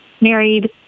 Married